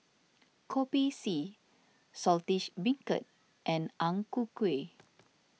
Kopi C Saltish Beancurd and Ang Ku Kueh